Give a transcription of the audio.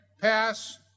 pass